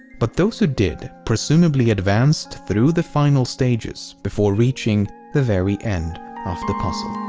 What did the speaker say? but those who did presumably advanced through the final stages before reaching the very end of the puzzle.